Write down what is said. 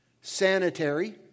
sanitary